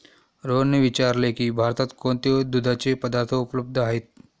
रोहनने विचारले की भारतात कोणते दुधाचे पदार्थ उपलब्ध आहेत?